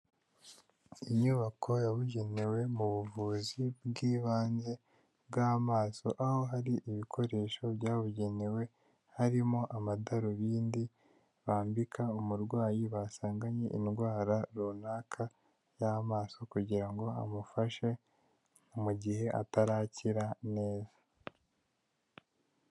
Inyubako yabugenewe mu buvuzi bw'ibanze bw'amaso aho hari ibikoresho byabugenewe, harimo amadarubindi bambika umurwayi basanganye indwara runaka y'amaso kugira ngo amufashe mu gihe atarakira neza.